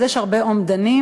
אז יש הרבה אומדנים,